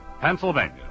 Pennsylvania